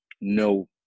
no